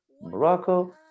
Morocco